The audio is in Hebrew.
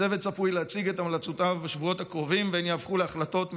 הצוות צפוי להציג את המלצותיו בשבועות הקרובים והן יהפכו להחלטות ממשלה.